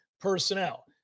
personnel